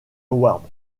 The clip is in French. award